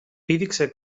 πήδηξε